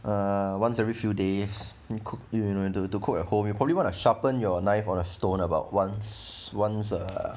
uh once every few days cook you know to cook at home you probably want to sharpen your knife on a stone about once once uh